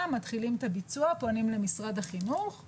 ומתחילים את הביצוע; פונים למשרד החינוך;